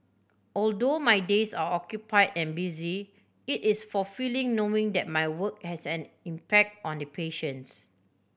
although my days are occupy and busy it is fulfilling knowing that my work has an impact on the patients